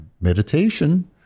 Meditation